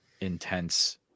intense